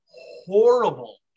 horrible